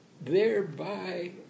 thereby